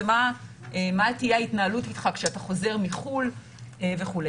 ומה תהיה ההתנהלות איתך כשאתה חוזר מחו"ל וכו'.